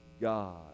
god